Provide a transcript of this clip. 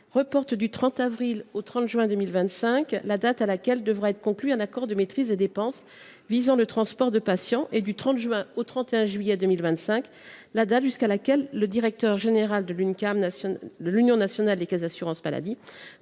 reporter : du 30 avril au 30 juin 2025 la date à laquelle devra être conclu un accord de maîtrise des dépenses dans le secteur du transport de patients ; et du 30 juin au 31 juillet 2025 la date jusqu’à laquelle le directeur général de l’Union nationale des caisses d’assurance maladie